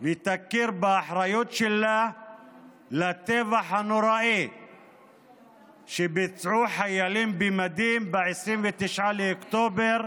ותכיר באחריות שלה לטבח הנוראי שביצעו חיילים במדים ב-29 באוקטובר